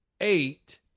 eight